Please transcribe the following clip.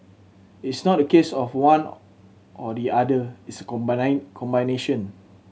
it's not a case of one or the other it's a combination